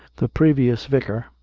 the previous vicar,